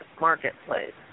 marketplace